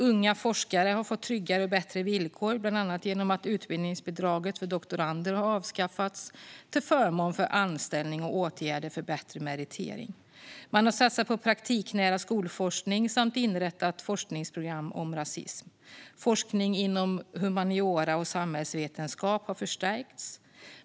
Unga forskare har fått tryggare och bättre villkor bland annat genom att utbildningsbidraget för doktorander har avskaffats till förmån för anställning och åtgärder för bättre meritering. Man har satsat på praktiknära skolforskning samt inrättat forskningsprogram om rasism. Forskning inom humaniora och samhällsvetenskap har förstärkts.